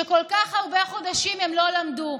שכל כך הרבה חודשים לא למדו?